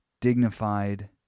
dignified